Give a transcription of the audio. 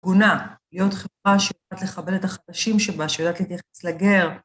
הגונה, להיות חברה שיודעת לקבל את החדשים שבה, שיודעת להתייחס לגר.